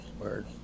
word